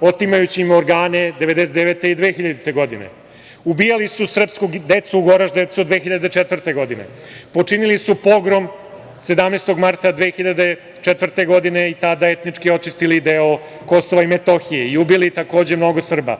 otimajući im organe 1999. i 2000. godine. Ubijali su srpsku decu u Goraždevcu od 2004. godine. Počinili su pogrom 17. marta 2004. godine i tada etički očistili deo KiM i ubili takođe mnogo Srba.